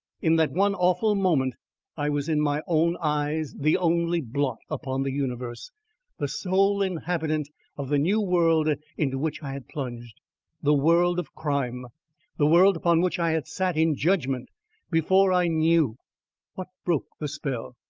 in that one awful moment i was in my own eyes the only blot upon the universe the sole inhabitant of the new world into which i had plunged the world of crime the world upon which i had sat in judgment before i knew what broke the spell?